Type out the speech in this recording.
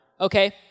Okay